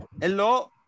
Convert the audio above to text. Hello